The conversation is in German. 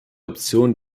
option